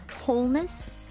wholeness